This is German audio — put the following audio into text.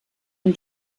ein